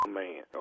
man